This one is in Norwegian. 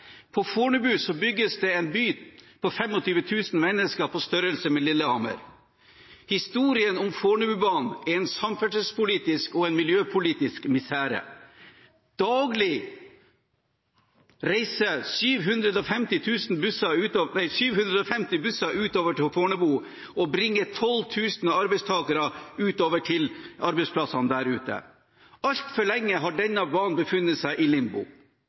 på Fornebu bygges en by med 25 000 mennesker på størrelse med Lillehammer. Historien om Fornebubanen er en samferdselspolitisk og en miljøpolitisk misere. Daglig reiser 750 busser utover til Fornebu og bringer 12 000 arbeidstakere til arbeidsplassene. Altfor lenge har denne banen befunnet seg i limbo.